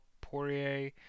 Poirier